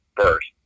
first